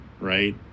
right